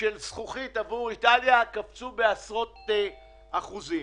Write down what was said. הזכוכית באיטליה קפצו בעשרות אחוזים.